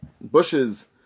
bushes